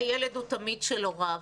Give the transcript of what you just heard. הילד הוא תמיד של הוריו,